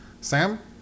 Sam